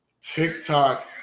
TikTok